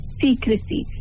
secrecy